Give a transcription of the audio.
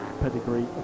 pedigree